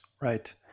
Right